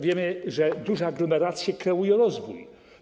Wiemy, że duże aglomeracje kreują rozwój.